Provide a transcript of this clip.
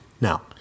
Now